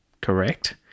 correct